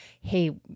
hey